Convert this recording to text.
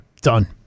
Done